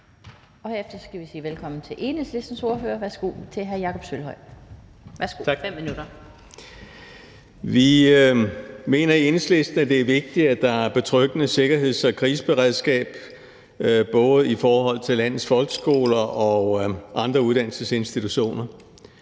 Vi mener i Enhedslisten, det er vigtigt, at der er et betryggende sikkerheds- og kriseberedskab både på landets folkeskoler og på andre uddannelsesinstitutioner.